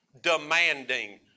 demanding